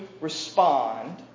respond